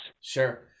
Sure